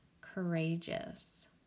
courageous